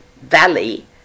Valley